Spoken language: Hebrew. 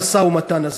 המשא-ומתן הזה.